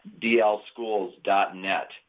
dlschools.net